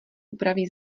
upraví